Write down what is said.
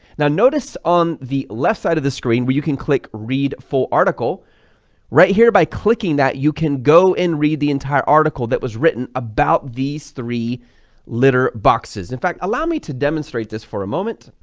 now notice on the left side of the screen where you can click read full article right here by clicking that, you can go and read the entire article that was written about these three litter boxes. in fact, allow me to demonstrate this for a moment.